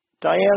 Diana